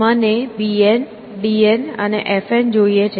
મને B N D N અને F N જોઈએ છે